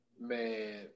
Man